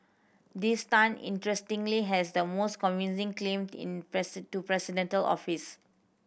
this Tan interestingly has the most convincing claimed in to presidential office